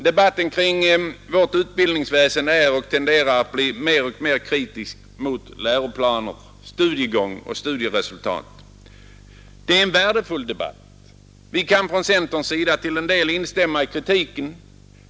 Debatten kring vårt utbildningsväseende är och tenderar att bli mer och mer kritisk mot läroplaner, studiegång och studieresultat. Det är en värdefull debatt. Vi kan från centerns sida till en del instämma i kritiken.